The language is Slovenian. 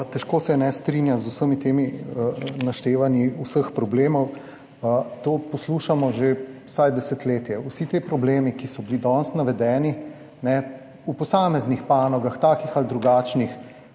težko ne strinjam z vsemi temi naštevanji vseh problemov. To poslušamo že vsaj desetletje. Vse te probleme, ki so bili danes navedeni v posameznih panogah, takih ali drugačnih,